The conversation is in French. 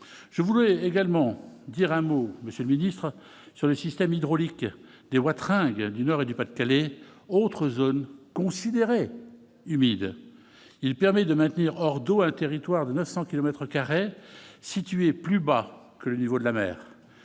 je voudrais également dire un mot monsieur lui d'illustres sur le système hydraulique des voix tringle du Nord et du Pas-de-Calais, autre zone considérée humide, il permet de maintenir hors d'eau à un territoire de 900 kilomètres carrés situés plus bas que le niveau de la mer